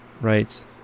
right